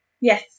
Yes